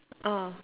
ah